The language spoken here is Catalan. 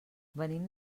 venim